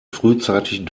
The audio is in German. frühzeitig